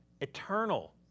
eternal